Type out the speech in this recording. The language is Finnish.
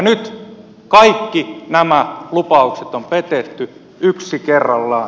nyt kaikki nämä lupaukset on petetty yksi kerrallaan